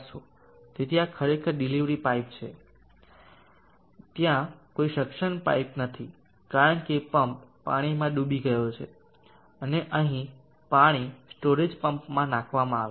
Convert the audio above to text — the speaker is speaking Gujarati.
તેથી આ ખરેખર ડિલિવરી પાઇપ છે ત્યાં કોઈ સક્શન પાઇપ નથી કારણ કે પંપ પાણીમાં ડૂબી ગયો છે અને અહીં પાણી સ્ટોરેજ સમ્પમાં નાખવામાં આવે છે